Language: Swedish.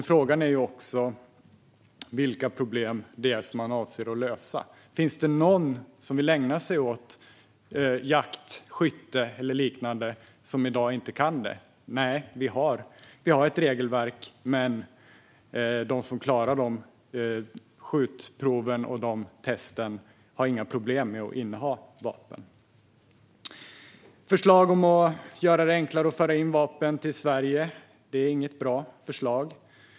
Frågan är också vilka problem det är ni avser att lösa. Finns det någon som vill ägna sig åt jakt, skytte eller liknande och som i dag inte kan göra det? Nej, vi har ett regelverk, men de som klarar skjutproven och testerna har inga problem med att få inneha vapen. Förslaget om att göra det enklare att föra in vapen till Sverige är inget bra förslag.